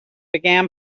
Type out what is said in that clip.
began